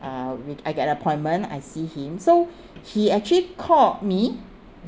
uh we I get appointment I see him so he actually called me